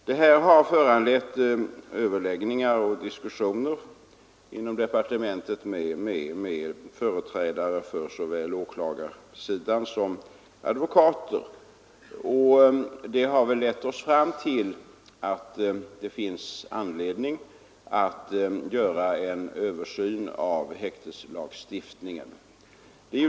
Detta har föranlett överläggningar och diskussioner inom departementet med företrädare för såväl åklagarsidan som advokater. Vid dessa överläggningar har man kommit fram till att det finns anledning att göra en översyn av häkteslagstiftningen.